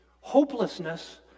Hopelessness